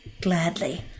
Gladly